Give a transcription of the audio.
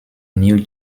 new